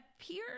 appears